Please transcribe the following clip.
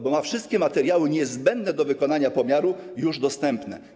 Bo ma wszystkie materiały niezbędne do wykonania pomiaru już dostępne.